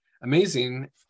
amazing